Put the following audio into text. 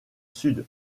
sud